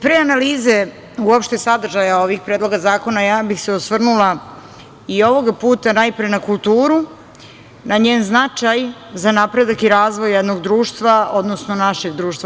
Pre analize uopšte sadržaja ovih predloga zakona, osvrnula bih se i ovoga puta najpre na kulturu, na njen značaj za napredak i razvoj jednog društva, odnosno našeg društva.